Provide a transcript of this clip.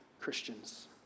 Christians